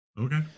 okay